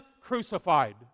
crucified